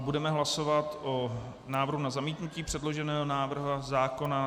Budeme hlasovat o návrhu na zamítnutí předloženého návrhu zákona.